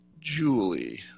Julie